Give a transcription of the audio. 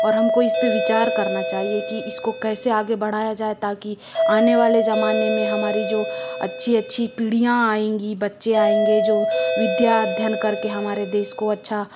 और हमको इस पर विचार करना चाहिए कि इसको कैसे आगे बढ़ाया जाए ताकि आने वाले ज़माने में हमारी जो अच्छी अच्छी पीढ़ियाँ आएंगी बच्चे आएंगे जो विद्या अध्ययन करके हमारे देश को अच्छा